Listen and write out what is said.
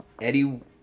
Eddie